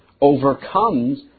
overcomes